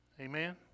Amen